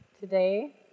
today